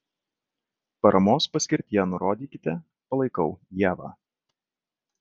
paramos paskirtyje nurodykite palaikau ievą